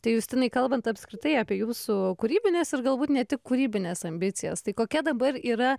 tai justinai kalbant apskritai apie jūsų kūrybines ir galbūt ne tik kūrybines ambicijas tai kokia dabar yra